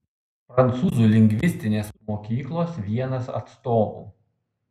prancūzų lingvistinės mokyklos vienas atstovų